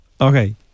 okay